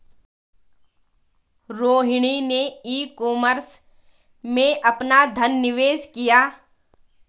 रोहिणी ने e commerce में अपना धन निवेश किया